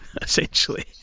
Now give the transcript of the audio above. essentially